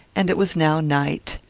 and it was now night.